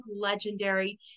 Legendary